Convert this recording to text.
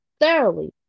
thoroughly